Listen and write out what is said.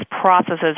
processes